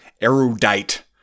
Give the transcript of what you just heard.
erudite